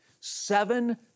seven